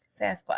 Sasquatch